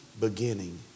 beginning